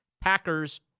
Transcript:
Packers